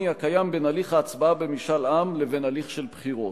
הקיים בין הליך ההצבעה במשאל עם לבין הליך של בחירות.